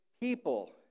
people